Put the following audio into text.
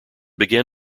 began